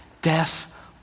death